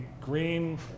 green